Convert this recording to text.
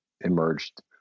emerged